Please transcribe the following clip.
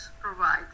provide